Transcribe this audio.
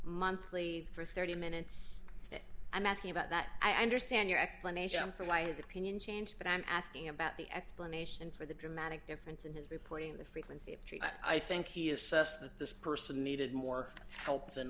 monthly for thirty minutes that i'm asking about that i understand your explanation for why the opinion changed but i'm asking about the explanation for the dramatic difference in his reporting the frequency of i think he assessed that this person needed more help than